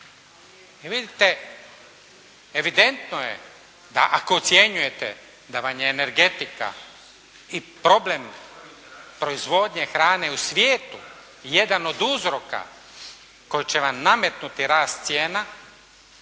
I vidite evidentno je da ako ocjenjujete da vam je energetika i problem proizvodnje hrane u svijetu jedan od uzroka koji će vam nametnuti rast cijena